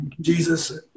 Jesus